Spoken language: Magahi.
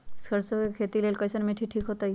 सरसों के खेती के लेल कईसन मिट्टी ठीक हो ताई?